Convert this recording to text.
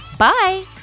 Bye